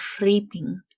reaping